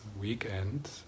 weekend